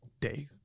day